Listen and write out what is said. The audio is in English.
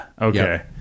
okay